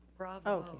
bravo.